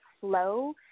flow